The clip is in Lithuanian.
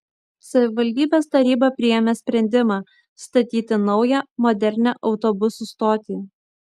savivaldybės taryba priėmė sprendimą statyti naują modernią autobusų stotį